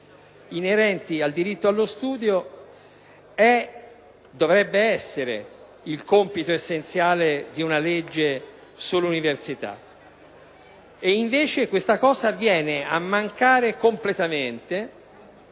inerenti al diritto allo studio dovrebbe essere il compito essenziale di una legge sull’universita, invece tale aspetto viene a mancare completamente